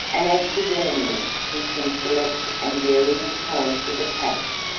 an active enemy, who can select and vary his points of attack,